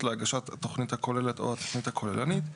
להגשת התוכנית הכוללת או התוכנית הכוללנית.